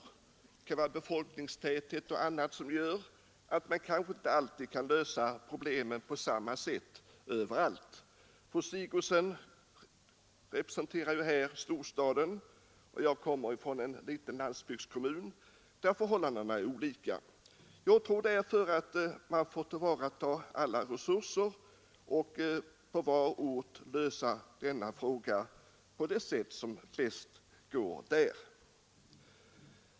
Det kan vara befolkningstätheten och annat som gör att man inte alltid kan lösa problemen på samma sätt överallt. Fru Sigurdsen representerar här storstaden, och själv kommer jag från en liten landsortskommun, där förhållandena är annorlunda. Jag tror därför att man får tillvarata alla resurser och på varje ort lösa denna fråga på det sätt som är lämpligast där.